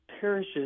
parishes